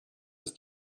ist